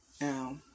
Now